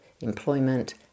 employment